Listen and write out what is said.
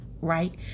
Right